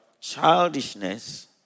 childishness